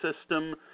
system